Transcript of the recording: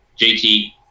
JT